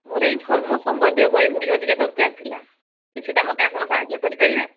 ମୋର ଏଇ ଧର୍ମ ସମ୍ୱନ୍ଧୀୟ ବହିଗୁଡ଼ିକ ଟିକେ ଦରକାର ଥିଲା କିଛିଟା ମୋତେ ଆପଣ ସାହାଯ୍ୟ କରିପାରିବେ